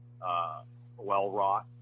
well-wrought